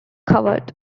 covered